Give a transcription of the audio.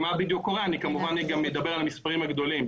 כמובן אדבר על המספרים הגדולים.